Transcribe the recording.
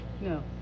No